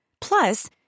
Plus